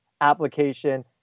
application